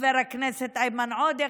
חבר הכנסת איימן עודה,